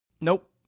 Nope